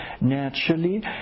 Naturally